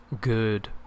good